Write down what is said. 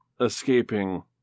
escaping